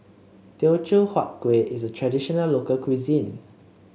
Teochew Huat Kueh is a traditional local cuisine